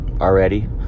already